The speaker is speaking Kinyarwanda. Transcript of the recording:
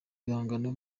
bihangano